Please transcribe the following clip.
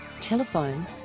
Telephone